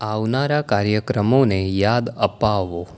આવનારા કાર્યક્રમોને યાદ અપાવો